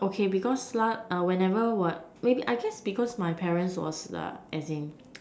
okay because last whenever when maybe I guess because my parents was as in